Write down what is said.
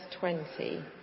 20